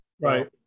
right